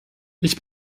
ich